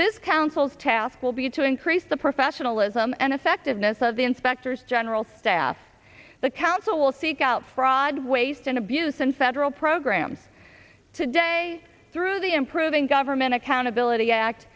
this council's task will be to increase the professionalism and effectiveness of the inspectors general staff the council will seek out fraud waste and abuse and federal programs today through the improving government accountability act